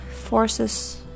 forces